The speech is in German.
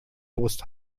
wurst